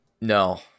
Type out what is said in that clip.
no